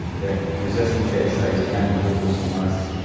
that resistance exercise can improve muscle mass,